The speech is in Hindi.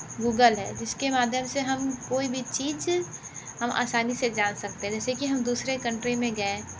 गूगल है जिस के माध्यम से हम कोई भी चीज़ हम आसानी से जान सकते हैं जैसे कि हम दूसरी कंट्री में गए